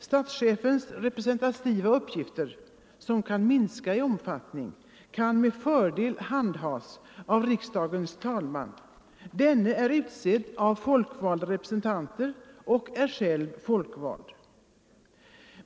Statschefens representativa uppgifter, som kan minskas i omfattning, kan med fördel handhas av riksdagens talman. Denne är utsedd av folkvalda representanter och är själv folkvald.